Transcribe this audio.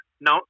No